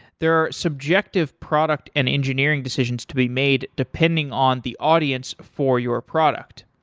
there are subjective product and engineering decisions to be made depending on the audience for your product.